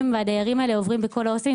והדיירים האלה עוברים בכל ההוסטלים.